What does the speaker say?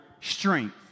strength